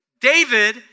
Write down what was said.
David